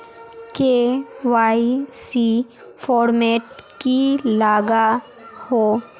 KYC format की लागोहो?